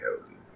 healthy